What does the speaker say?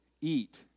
eat